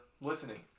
listening